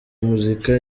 muzika